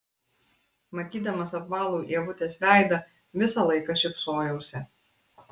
matydamas apvalų ievutės veidą visą laiką šypsojausi